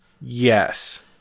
yes